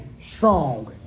strong